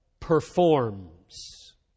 performs